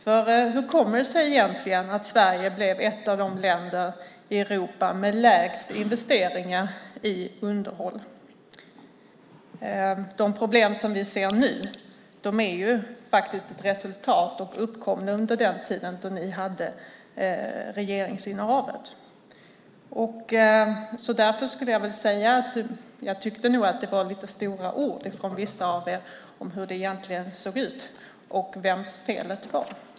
Hur kommer det sig egentligen att Sverige blev ett av de länder i Europa med lägst investeringar i underhåll? De problem som vi ser nu är faktiskt ett resultat av och uppkom under ert regeringsinnehav. Därför tycker jag nog att det var lite stora ord från vissa av er om hur det egentligen ser ut och vems fel det är.